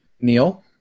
Neil